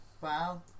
Wow